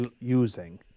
using